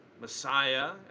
Messiah